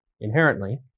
inherently